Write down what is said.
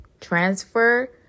Transfer